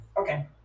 okay